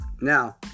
Now